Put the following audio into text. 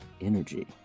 energy